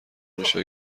میشه